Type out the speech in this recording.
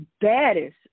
baddest